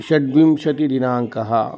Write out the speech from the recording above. षड्विंशति दिनाङ्कः